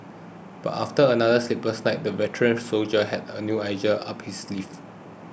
but after another sleepless night the veteran soldier had a new idea up his sleeve